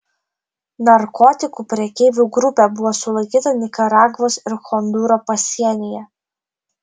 narkotikų prekeivų grupė buvo sulaikyta nikaragvos ir hondūro pasienyje